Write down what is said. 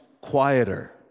quieter